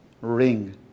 ring